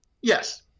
Yes